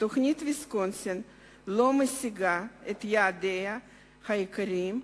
שתוכנית ויסקונסין לא משיגה את יעדיה העיקריים,